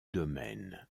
domaine